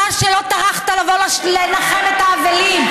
אתה, שלא טרחת לבוא לנחם את האבלים,